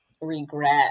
regret